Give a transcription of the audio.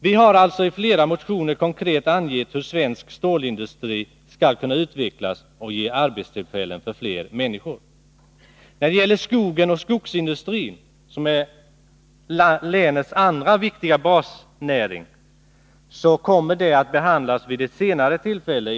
Vi har i flera motioner konkret angett hur svensk stålindustri skall kunna utvecklas och ge arbetstillfällen för fler människor. Frågorna om skogen och skogsindustrin, som är länets andra viktiga basnäring, kommer att behandlas av kammaren vid ett senare tillfälle.